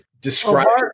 Describe